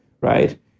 right